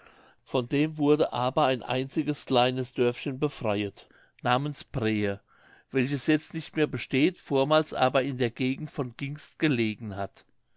von dem wurde aber ein einziges kleines dörfchen befreiet namens brehe welches jetzt nicht mehr besteht vormals aber in der gegend von gingst gelegen hat